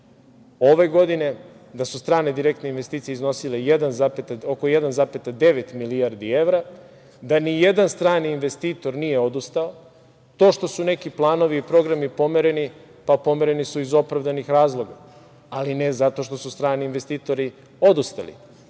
ove godine, da su strane, direktne investicije iznosile oko 1,9 milijardi evra, da nijedan strani investitor nije odustao. To što su neki planovi i programi pomereni, pa pomereni su iz opravdanih razloga, ali ne zato što su strani investitori odustali. Gledao